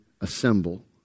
assemble